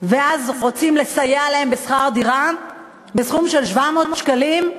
ואז רוצים לסייע להם בשכר דירה בסכום של 700 שקלים,